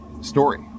story